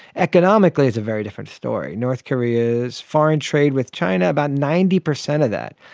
economically it's a very different story. north korea's foreign trade with china, about ninety percent of that,